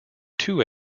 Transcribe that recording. two